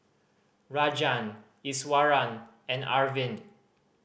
Rajan Iswaran and Arvind